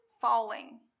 falling